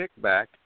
kickback